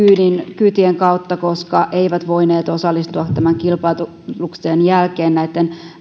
kyytien kautta koska eivät voineet osallistua tämän kilpailutuksen jälkeen näitten